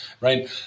right